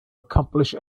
accomplish